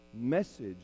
message